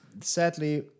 sadly